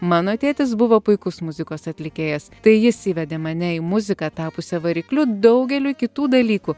mano tėtis buvo puikus muzikos atlikėjas tai jis įvedė mane į muziką tapusią varikliu daugeliui kitų dalykų